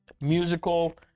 Musical